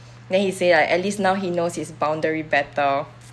then he say like at least now he knows his boundary better